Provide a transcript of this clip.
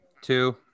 Two